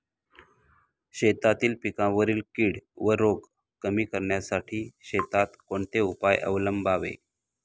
शेतातील पिकांवरील कीड व रोग कमी करण्यासाठी शेतात कोणते उपाय अवलंबावे?